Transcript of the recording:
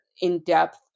in-depth